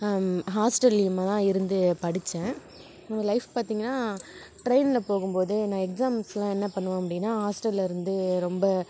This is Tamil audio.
ஹாஸ்டல்லிலேயுமே தான் இருந்து படித்தேன் என்னோடய லைஃப் பார்த்தீங்கன்னா ட்ரெயினில் போகும்போது நான் எக்ஸாம்ஸெலாம் என்ன பண்ணுவேன் அப்படின்னா ஹாஸ்டலில் இருந்து ரொம்ப